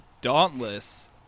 Dauntless